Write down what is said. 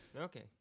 Okay